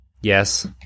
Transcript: Yes